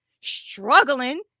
struggling